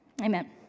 Amen